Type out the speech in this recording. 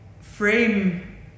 frame